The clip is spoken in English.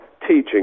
teaching